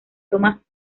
thomas